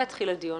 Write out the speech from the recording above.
מתי התחיל הדיון?